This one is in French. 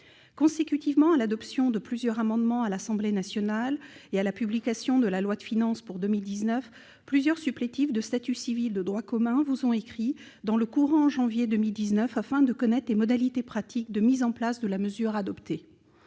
Consécutivement à l'adoption de plusieurs amendements à l'Assemblée nationale et à la publication de la loi de finances pour 2019, un certain nombre de ces supplétifs vous ont écrit dans le courant du mois de janvier 2019, afin de connaître les modalités pratiques de mise en oeuvre de la mesure adoptée.